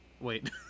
Wait